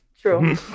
true